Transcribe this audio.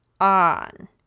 on